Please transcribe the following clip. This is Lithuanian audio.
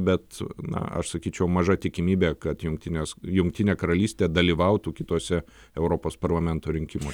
bet na aš sakyčiau maža tikimybė kad jungtinės jungtinė karalystė dalyvautų kituose europos parlamento rinkimuos